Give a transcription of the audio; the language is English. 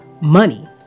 money